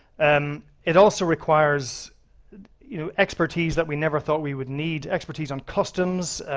and it also requires you know expertise that we never thought we would need, expertise on customs,